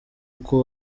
uko